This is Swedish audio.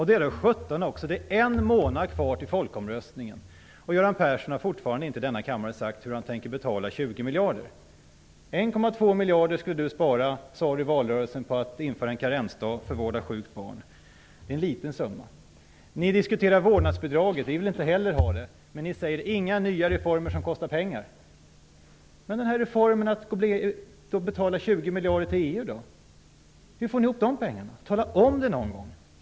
Det är en månad kvar till folkomröstningen, och Göran Persson har fortfarande inte i denna kammare sagt hur han tänker betala 20 I valrörelsen sade han att vi skulle spara 1,2 miljarder på att införa en karensdag för vård av sjukt barn. Det är en liten summa. Ni diskuterar också vårdnadsbidraget. Vi vill inte heller ha det. Ni säger att ni inte skall införa några nya reformer som kostar pengar. Men hur är det med den här reformen att betala 20 miljarder till EU? Hur får ni ihop dessa pengar? Tala om det någon gång!